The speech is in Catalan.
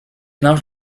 naus